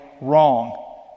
wrong